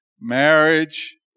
marriage